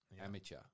amateur